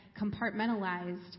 compartmentalized